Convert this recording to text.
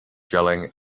yelling